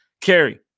Carrie